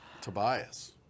Tobias